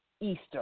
Easter